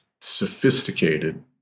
sophisticated